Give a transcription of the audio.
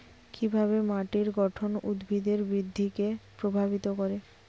কিভাবে মাটির গঠন উদ্ভিদের বৃদ্ধিকে প্রভাবিত করে?